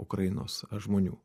ukrainos žmonių